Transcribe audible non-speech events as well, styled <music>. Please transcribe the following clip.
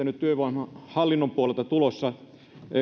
<unintelligible> nyt työvoimahallinnon puolelta on useita toimenpiteitä tulossa